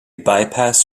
bypass